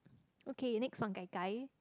okay next one